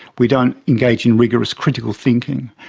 we don't engage in rigorous critical thinking.